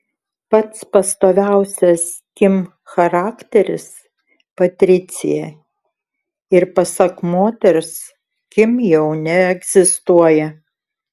pats pastoviausias kim charakteris patricija ir pasak moters kim jau neegzistuoja